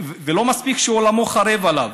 ולא מספיק שעולמו חרב עליו.